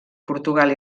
portugal